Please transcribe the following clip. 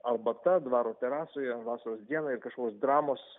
arbata dvaro terasoje vasaros dieną ir kažkokios dramos